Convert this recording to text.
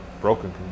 broken